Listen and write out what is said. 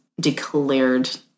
declared